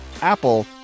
Apple